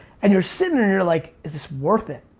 and you're sitting and you're like is this worth it?